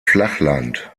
flachland